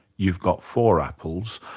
you've got four apples,